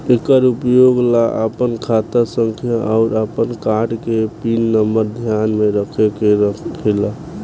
एकर उपयोग ला आपन खाता संख्या आउर आपन कार्ड के पिन नम्बर ध्यान में रखे के रहेला